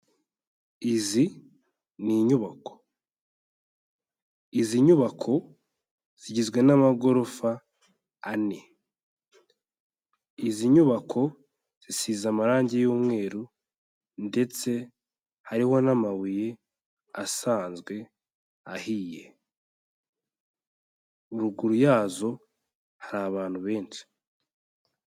Izi ni inyubako, izi nyubako zigizwe n'amagorofa ane. Izi nyubako zisize amarangi y'umweru ndetse hariho n'amabuye asanzwe ahiye. Ruguru yazo hari abantu benshi.